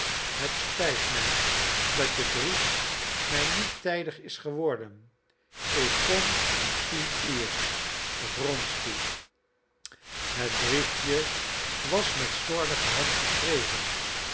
het spijt mij dat je brief mij niet tijdig is geworden ik kom om tien uur wronski het briefje was met slordige hand geschreven